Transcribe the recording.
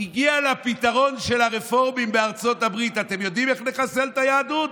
הגיע לפתרון של הרפורמים בארצות הברית: אתם יודעים איך נחסל את היהדות?